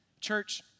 Church